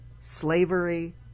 slavery